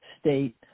state